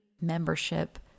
membership